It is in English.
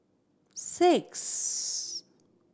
six